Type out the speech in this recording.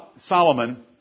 Solomon